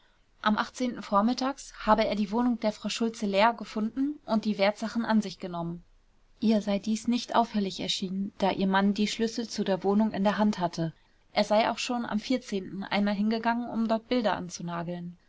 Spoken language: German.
am vormittags habe er die wohnung der frau schultze leer gefunden und die wertsachen an sich genommen ihr sei dies nicht auffällig erschienen da ihr mann die schlüssel zu der wohnung in der hand hatte er sei auch schon am einmal hingegangen um dort bilder